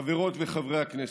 חברות וחברי הכנסת,